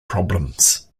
problems